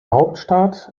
hauptstadt